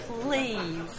please